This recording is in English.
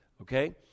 Okay